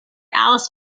alice